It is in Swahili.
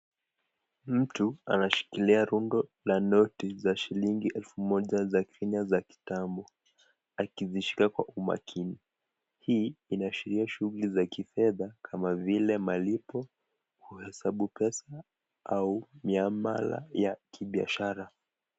Mtu anashikilia rundo la noti za shilingi elfu mojaza Kenya za kitambo, akizishika kwa umakini .Hii inaashiria shughuli za kifedha kama vile malipo, kuhesabu pesa au ni alama ya kibiashara.